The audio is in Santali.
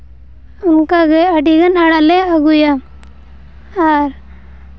ᱚᱱᱠᱟᱜᱮ ᱟᱹᱰᱤᱜᱟᱱ ᱟᱲᱟᱜ ᱞᱮ ᱟᱹᱜᱩᱭᱟ ᱟᱨ